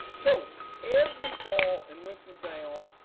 so every fall in winston-salem,